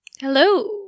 Hello